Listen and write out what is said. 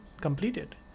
completed